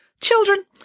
Children